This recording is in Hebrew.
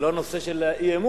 זה לא הנושא של האי-אמון.